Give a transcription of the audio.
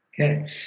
Okay